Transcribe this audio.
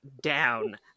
down